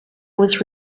was